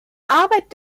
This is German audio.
arbeit